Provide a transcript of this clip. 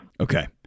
Okay